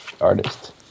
artist